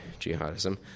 jihadism